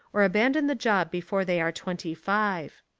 or abandon the job before they are twenty five.